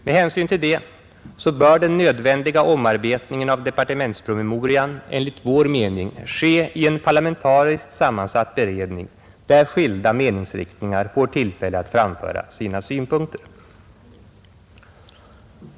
Med hänsyn härtill bör den nödvändiga omarbetningen av departementspromemorian enligt vår mening ske i en parlamentariskt sammansatt beredning, där skilda meningsriktningar får tillfälle att framföra sina synpunkter.